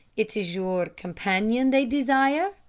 it is your companion they desire.